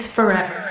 Forever